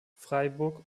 freiburg